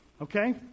okay